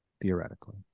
theoretically